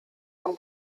und